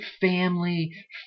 family